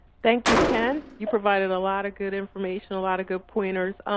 thank you, ken. you provided a lot of good information, a lot of good pointers.